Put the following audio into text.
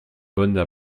bonnes